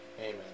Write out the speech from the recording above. Amen